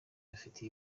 bafite